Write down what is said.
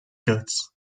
codes